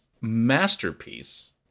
masterpiece